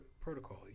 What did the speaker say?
protocol